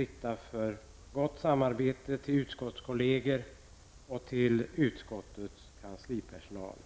ett gott samarbete riktar jag också till utskottskolleger och till utskottets kanslipersonal.